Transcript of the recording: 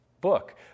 book